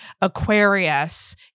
Aquarius